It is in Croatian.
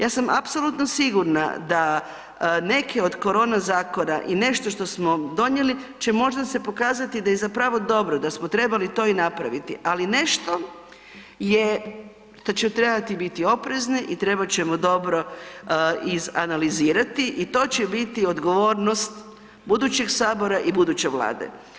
Ja sam apsolutno sigurna da neke od korona zakona i nešto što smo donijeli će se možda pokazati da je zapravo dobro da smo trebali to i napraviti, ali nešto što ćemo trebati biti oprezni i trebat ćemo dobro izanalizirati, to će biti odgovornost budućeg Sabora i buduće Vlade.